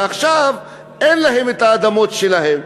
ועכשיו אין להם האדמות שלהם.